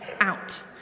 out